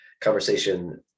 conversation